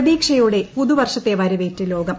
പ്രതീക്ഷയോടെ പുതുവർഷത്തെ വരവേറ്റ് ലോകം